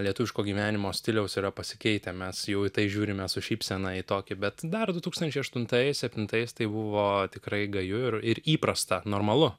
lietuviško gyvenimo stiliaus yra pasikeitę mes jau į tai žiūrime su šypsena į tokį bet dar du tūkstančiai aštuntais septintais tai buvo tikrai gaju ir ir įprasta normalu